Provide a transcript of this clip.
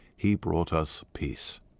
he brought us peace